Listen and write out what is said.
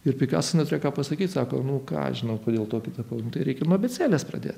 ir pikaso neturėjo ką pasakyt sako nu ką aš žinau kodėl tokį tapau tai reikia nuo abėcėlės pradėt